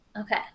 Okay